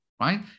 right